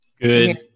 Good